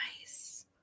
Nice